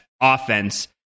offense